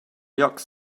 jocks